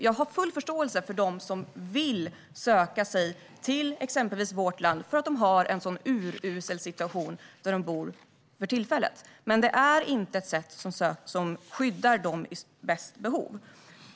Jag har full förståelse för dem som vill söka sig till exempelvis vårt land för att de har en urusel situation där de bor för tillfället. Det är dock inget som skyddar dem med störst behov.